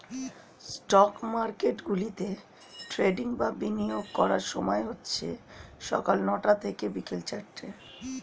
stock মার্কেটগুলোতে trading বা বিনিয়োগ করার সময় হচ্ছে সকাল নয়টা থেকে বিকেল চারটে